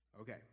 Okay